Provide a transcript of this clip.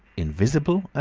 invisible, ah?